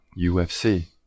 UFC